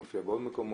הוא מופיע בעוד מקומות,